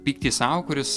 pyktį sau kuris